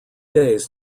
days